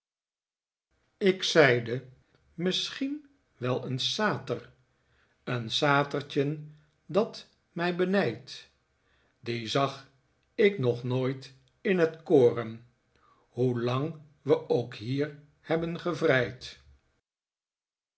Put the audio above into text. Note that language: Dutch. ik zeide misschien wel een safer een satertjen dat mij benijdt dien zag ik nog nooit in het koren hoe lang we ook hier hebben gevrijd